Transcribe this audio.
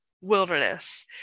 wilderness